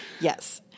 Yes